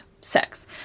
Sex